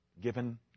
given